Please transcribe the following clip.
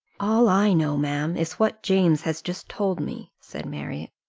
all i know, ma'am, is what james has just told me, said marriott.